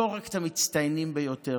לא רק את המצטיינים ביותר.